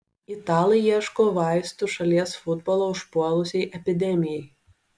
italai ieško vaistų šalies futbolą užpuolusiai epidemijai